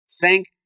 thank